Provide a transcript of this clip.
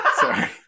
sorry